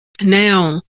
now